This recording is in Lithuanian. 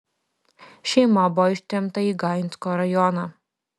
šeima buvo ištremta į gainsko rajoną